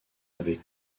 avec